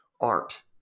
art